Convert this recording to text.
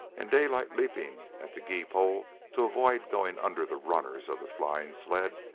and daylight leaping at the gee-pole to avoid going under the runners of the flying sled,